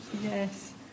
Yes